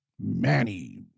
Manny